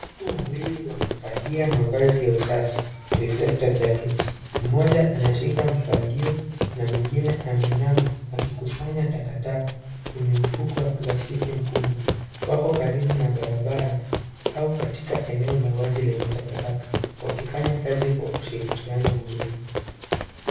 Watu wawili wamevalia mavazi ya usafi, reflector jackets . Mmoja anashika ufagio na mwingine ameinama akikusanya takataka kwenye mfugo wa plastiki mkubwa. Wako karibu na barabara au katika eneo la wazi lenye takataka wakifanya kazi kwa ushirikiano mzuri.